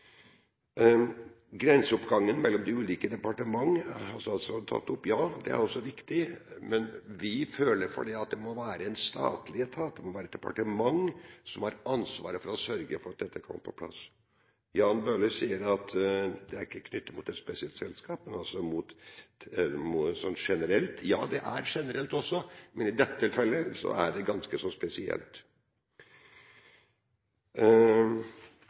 Grenseoppgangen mellom de ulike departementene har statsråden tatt opp. Ja, det er også viktig, men vi føler at det må være en statlig etat, et departement som har ansvaret for å sørge for at dette kommer på plass. Representanten Jan Bøhler sier at dette ikke er knyttet opp mot et spesifikt selskap, men mot noe generelt. Ja, det er generelt også, men i dette tilfellet er det ganske så spesielt.